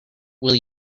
will